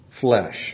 flesh